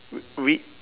w~ we